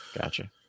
gotcha